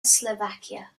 slovakia